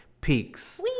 peaks